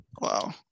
Wow